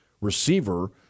receiver